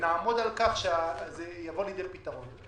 ונעמוד על כך שזה יבוא לידי פתרון.